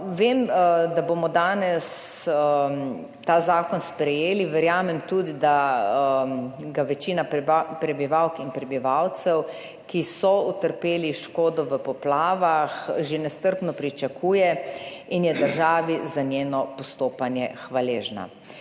Vem, da bomo danes ta zakon sprejeli. Verjamem tudi, da ga večina prebivalk in prebivalcev, ki so utrpeli škodo v poplavah, že nestrpno pričakuje in je državi za njeno postopanje hvaležna.